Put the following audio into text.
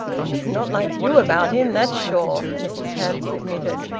she's not like you about him, that's sure! mrs hamps admitted.